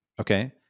Okay